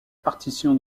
partition